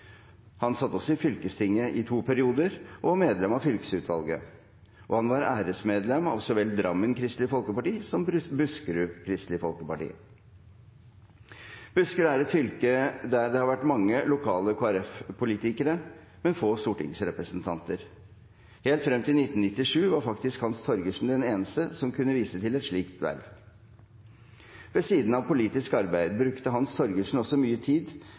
Han satt også i fylkestinget i to perioder og var medlem av fylkesutvalget. Han var æresmedlem i så vel Drammen KrF som Buskerud KrF. Buskerud er et fylke der det har vært mange lokale Kristelig Folkeparti-politikere, men få stortingsrepresentanter. Helt frem til 1997 var faktisk Hans Torgersen den eneste som kunne vise til et slikt verv. Ved siden av politisk arbeid brukte Hans Torgersen også mye tid